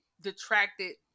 detracted